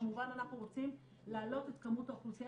כמובן שאנחנו רוצים להעלות את כמות האוכלוסייה